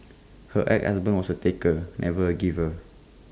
her ex husband was A taker never A giver